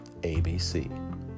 ABC